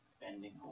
bending